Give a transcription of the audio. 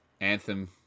Anthem